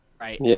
Right